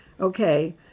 Okay